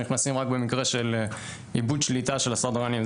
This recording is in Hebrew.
ונכנסים רק במקרה של איבוד שליטה של הסדרנים.